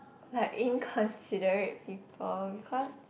like inconsiderate people because